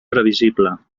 previsible